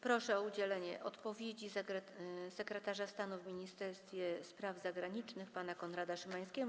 Proszę o udzielenie odpowiedzi sekretarza stanu w Ministerstwie Spraw Zagranicznych pana Konrada Szymańskiego.